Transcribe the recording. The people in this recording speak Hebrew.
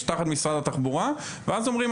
שלום לכולם,